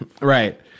Right